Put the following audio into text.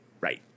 Right